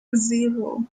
zero